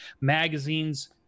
magazines